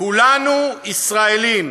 כולנו ישראלים,